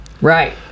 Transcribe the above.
Right